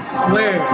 swear